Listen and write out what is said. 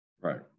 Right